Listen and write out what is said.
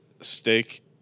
steak